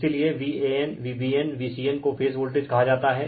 इसीलिए Van Vbn Vcn को phase voltage कहा जाता हैं